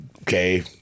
Okay